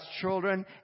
children